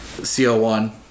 CO1